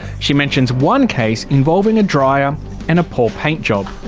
she mentions one case involving a dryer and a poor paint job.